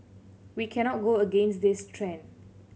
we cannot go against this trend